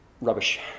rubbish